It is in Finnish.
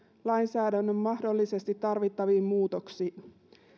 lainsäädännön mahdollisesti tarvittaviin muutoksiin